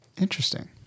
interesting